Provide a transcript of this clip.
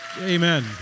amen